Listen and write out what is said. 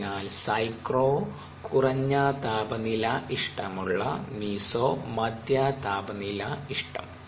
അതിനാൽ സൈക്രോ കുറഞ്ഞ താപനില ഇഷ്ടമുള്ള മീസോ മധ്യ താപനില ഇഷ്ടം